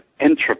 entropy